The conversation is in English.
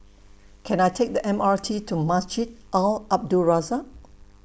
Can I Take The M R T to Masjid Al Abdul Razak